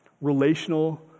relational